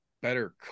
better